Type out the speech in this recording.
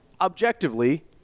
objectively